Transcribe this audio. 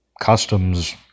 customs